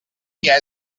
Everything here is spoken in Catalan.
dia